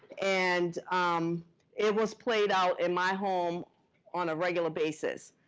and um it was played out in my home on a regular basis.